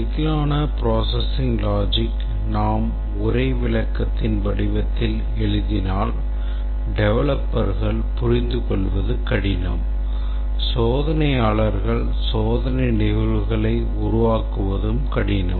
சிக்கலான processing logicஐ நாம் உரைவிளக்கத்தின் வடிவத்தில் எழுதினால் டெவலப்பர்கள் புரிந்துகொள்வது கடினம் சோதனையாளர்கள் சோதனை நிகழ்வுகளை உருவாக்குவதும் கடினம்